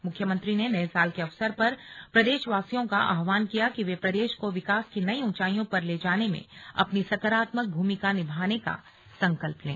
मुख्यमंत्री ने नए साल के अवसर पर प्रदेशवासियों का आह्वान किया कि वे प्रदेश को विकास की नई ऊंचाइयों पर ले जाने में अपनी सकारात्मक भूमिका निभाने का संकल्प लें